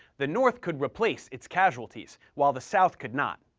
the north could replace its casualties while the south could not.